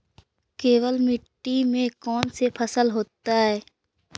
केवल मिट्टी में कौन से फसल होतै?